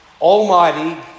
Almighty